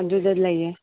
ꯑꯗꯨꯗ ꯂꯩꯌꯦ